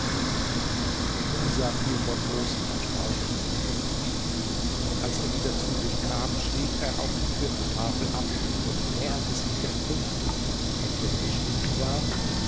musa fiel vor großem erstaunen in ohnmacht als er wieder zu sich kam schrieb er auch die vierte tafel ab und näherte sich der fünften auf der geschrieben war